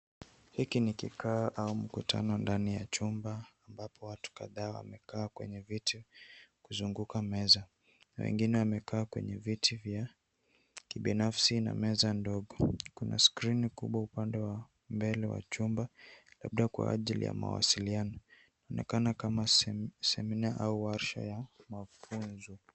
Hiki ni kikao au mkutano ndani ya chumba ambapo watu kadhaa wamekaa kwenye viti kuzunguka meza na wengine wamekaa kwenye viti vya kibinafsi na meza ndogo. Kuna skrini kubwa upande wa mbele wa chumba labda kwa ajili ya mawasiliano. Inaonekana kama semina au warsa ya mafunzo.